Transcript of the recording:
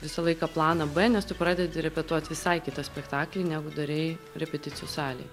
visą laiką planą b nes tu pradedi repetuot visai kitą spektaklį negu darei repeticijų salėj